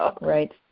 Right